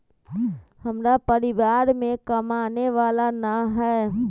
हमरा परिवार में कमाने वाला ना है?